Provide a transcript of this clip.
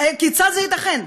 כיצד זה ייתכן,